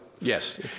Yes